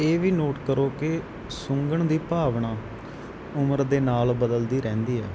ਇਹ ਵੀ ਨੋਟ ਕਰੋ ਕਿ ਸੁੰਘਣ ਦੀ ਭਾਵਨਾ ਉਮਰ ਦੇ ਨਾਲ ਬਦਲਦੀ ਰਹਿੰਦੀ ਹੈ